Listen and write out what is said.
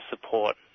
support